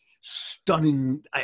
Stunning